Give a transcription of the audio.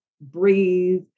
breathe